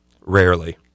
Rarely